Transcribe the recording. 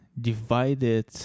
divided